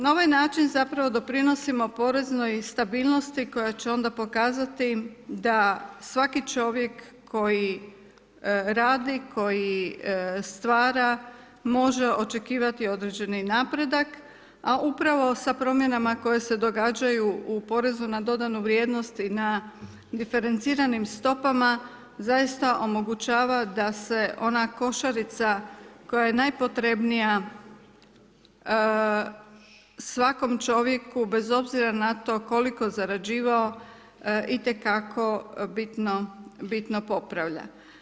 Na ovaj način zapravo doprinosimo poreznoj stabilnosti koji će onda pokazati da svaki čovjek koji radi, koji stvara, može očekivati određeni napredak, a upravo sa promjenama, koje se događaju u porezu na dodanu vrijednost na diferenciranim stopama, zaista omogućava da se ona košarica, koja je najpotrebnija, svakom čovjeku, bez obzira na to, koliko zarađivao itekako bitno popravlja.